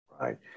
Right